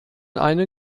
eine